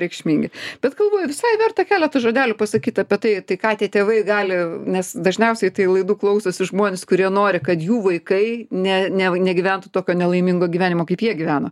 reikšmingi bet galvoju visai verta keletu žodelių pasakyt apie tai ką tie tėvai gali nes dažniausiai tai laidų klausosi žmonės kurie nori kad jų vaikai ne ne negyventų tokio nelaimingo gyvenimo kaip jie gyveno